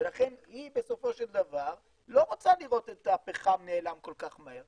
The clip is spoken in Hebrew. לכן היא בסופו של דבר לא רוצה לראות את הפחם נעלם כל כך מהר.